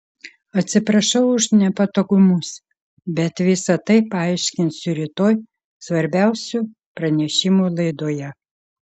atsiprašau už nepatogumus bet visa tai paaiškinsiu rytoj svarbiausių pranešimų laidoje